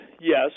Yes